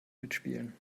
mitspielen